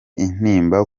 intimba